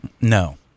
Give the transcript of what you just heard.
No